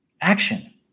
Action